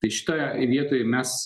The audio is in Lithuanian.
tai šitoj vietoj mes